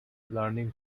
learning